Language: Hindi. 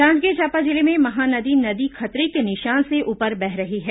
जांजगीर चांपा जिले में महानदी नदी खतरे के निशान से ऊ पर बह रही है